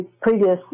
previous